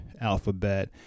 alphabet